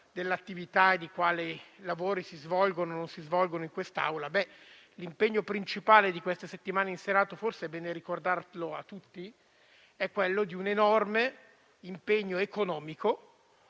quali attività e di quali lavori si svolgono o non si svolgono in questa Aula. L'impegno principale di queste settimane in Senato - forse è bene ricordarlo a tutti - è stato un enorme impegno economico,